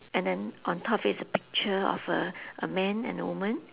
and then on top is a picture of a a man and a woman